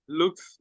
looks